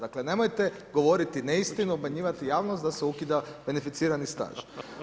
Dakle, nemojte govoriti neistinu, obmanjivati javnost da se ukida beneficirani staž.